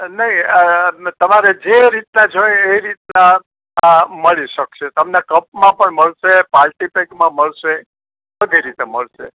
નઈ તમારે જે રીતના જોઈએ એ રીતના મળી શકશે તમને કપમાં મળશે પાર્ટી પેકમાં મળશે બધી રીતે મળશે